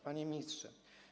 Panie Ministrze!